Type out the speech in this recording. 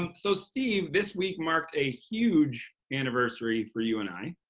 um so steve, this week marked a huge anniversary for you and i.